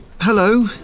Hello